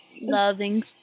loving